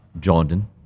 Jordan